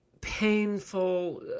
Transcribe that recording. painful